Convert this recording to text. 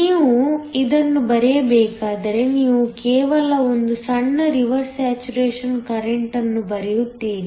ನೀವು ಇದನ್ನು ಬರೆಯಬೇಕಾದರೆ ನೀವು ಕೇವಲ ಒಂದು ಸಣ್ಣ ರಿವರ್ಸ್ ಸ್ಯಾಚುರೇಶನ್ ಕರೆಂಟ್ ಅನ್ನು ಬರೆಯುತ್ತೀರಿ